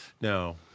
No